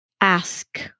Ask